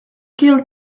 kill